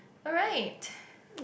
alright